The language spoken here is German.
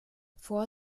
vor